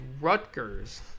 Rutgers